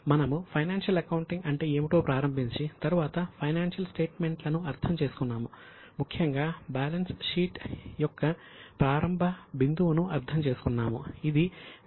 మనము financial accounting అంటే ఏమిటో ప్రారంభించి తరువాత ఫైనాన్షియల్ స్టేట్మెంట్లను అర్థం చేసుకున్నాము ముఖ్యంగా బ్యాలెన్స్ షీట్ యొక్క ప్రారంభ బిందువును అర్థం చేసుకున్నాము